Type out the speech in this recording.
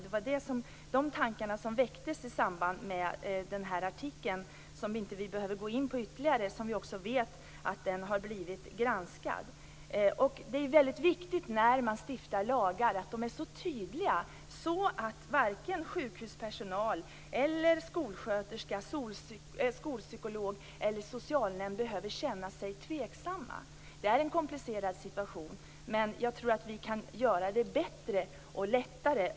Det var de tankarna som väcktes i samband med artikeln, som vi inte behöver gå in på ytterligare. Vi vet att den har blivit granskad. Det är väldigt viktigt att de lagar man stiftar är så tydliga att varken sjukhuspersonal eller skolsköterska, skolpsykolog, socialnämnd behöver känna sig tveksamma. Det är en komplicerad situation, men jag tror att vi kan göra det bättre och lättare.